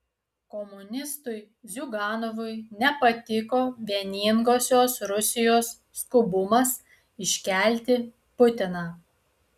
komunistui ziuganovui nepatiko vieningosios rusijos skubumas iškelti putiną